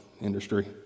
industry